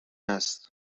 است